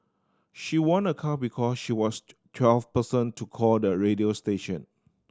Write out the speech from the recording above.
she won a car because she was the twelfth person to call the radio station